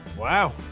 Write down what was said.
wow